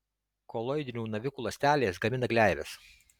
koloidinių navikų ląstelės gamina gleives